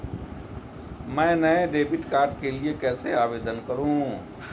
मैं नए debit card के लिए कैसे आवेदन करूं?